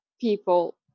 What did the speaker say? people